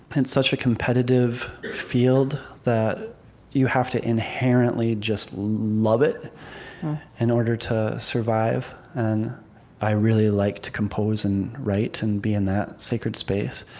it's such a competitive field that you have to inherently just love it in order to survive. and i really like to compose and write and be in that sacred space,